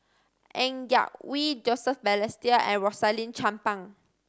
Ng Yak Whee Joseph Balestier and Rosaline Chan Pang